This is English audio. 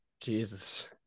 Jesus